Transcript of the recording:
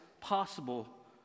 possible